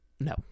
no